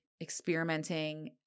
experimenting